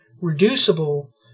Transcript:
reducible